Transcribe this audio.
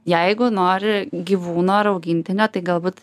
jeigu nori gyvūno ar augintinio tai galbūt